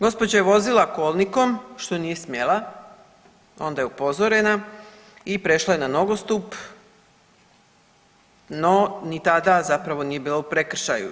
Gospođa je vozila kolnikom što nije smjela, onda je upozorena i prešla je na nogostup no ni tada zapravo nije bila u prekršaju.